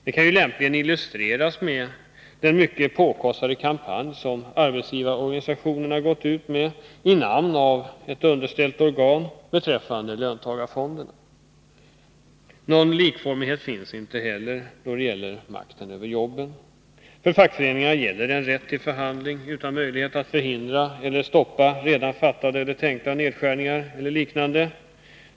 Detta kan lämpligen illustreras med den mycket påkostade kampanj som arbetsgivarorganisationerna har gått ut med under namnet av ett underställt organ för information om löntagarfonderna. Någon likformighet finns inte heller då det gäller makten över jobben. För fackföreningarna gäller en rätt till förhandling utan möjlighet att förhindra eller stoppa redan beslutade eller planerade nedskärningar eller liknande.